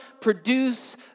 produce